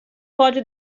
pode